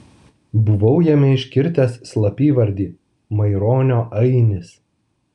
buvau jame iškirtęs slapyvardį maironio ainis